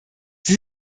sie